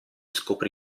scoprì